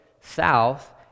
south